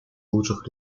лучших